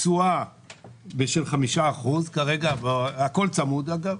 תשואה של 5% כרגע, הכול צמוד אגב,